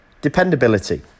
Dependability